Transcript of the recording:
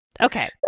okay